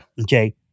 Okay